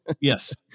yes